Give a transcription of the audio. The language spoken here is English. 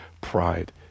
pride